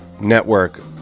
network